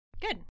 Good